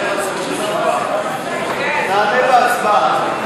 נענה בהצבעה.